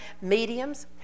mediums